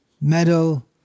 medal